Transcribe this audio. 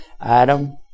Adam